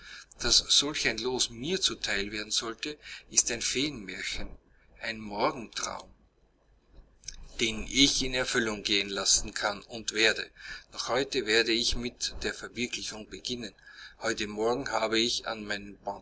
solch ein los mir zu teil werden sollte ist ein feenmärchen ein morgentraum den ich in erfüllung gehen lassen kann und werde noch heute werde ich mit der verwirklichung beginnen heute morgen habe ich an